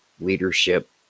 leadership